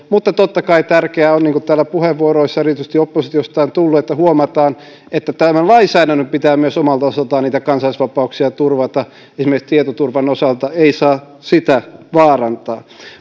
mutta totta kai tärkeää on niin kuin täällä puheenvuoroissa erityisesti oppositiosta on tullut että huomataan että tämän lainsäädännön pitää myös omalta osaltaan niitä kansalaisvapauksia turvata esimerkiksi tietoturvan osalta ei saa sitä vaarantaa